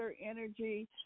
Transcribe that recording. energy